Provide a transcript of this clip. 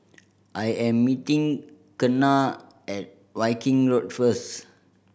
I am meeting Kenna at Viking Road first